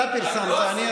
אתה לא עשית.